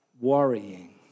worrying